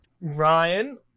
Ryan